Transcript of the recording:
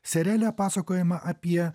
seriale pasakojama apie